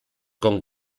con